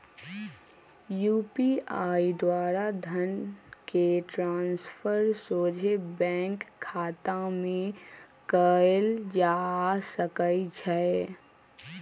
UPI द्वारा धन के ट्रांसफर सोझे बैंक खतामें कयल जा सकइ छै